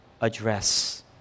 address